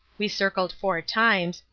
we circled four times,